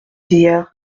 hier